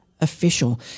official